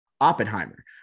Oppenheimer